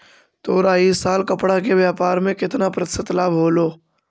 तोरा इ साल कपड़ा के व्यापार में केतना प्रतिशत लाभ होलो?